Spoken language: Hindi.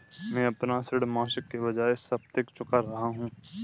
मैं अपना ऋण मासिक के बजाय साप्ताहिक चुका रहा हूँ